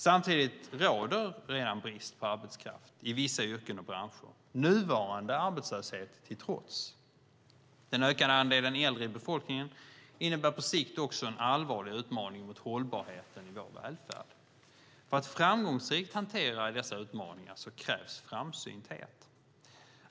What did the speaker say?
Samtidigt råder redan brist på arbetskraft i vissa yrken och branscher, nuvarande arbetslöshet till trots. Den ökande andelen äldre i befolkningen innebär på sikt också en allvarlig utmaning mot hållbarheten i vår välfärd. För att framgångsrikt hantera dessa utmaningar krävs framsynthet.